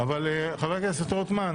מבקש להיות ענייני.